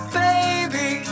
baby